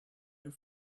your